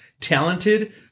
talented